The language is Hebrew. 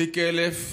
תיק 1000,